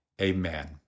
amen